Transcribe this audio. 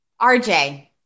RJ